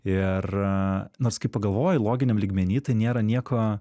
ir nors kai pagalvoji loginiam lygmeny tai nėra nieko